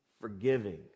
forgiving